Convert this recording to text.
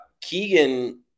Keegan